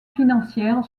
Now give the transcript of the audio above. financière